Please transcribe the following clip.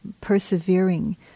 persevering